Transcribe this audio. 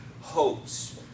hopes